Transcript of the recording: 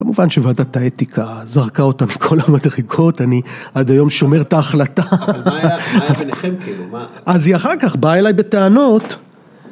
במובן שוועדת האתיקה זרקה אותה מכל המדרגות, אני עד היום שומר את ההחלטה. מה היה ביניכם כאילו? אז היא אחר כך באה אליי בטענות.